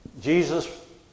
Jesus